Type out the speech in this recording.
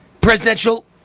presidential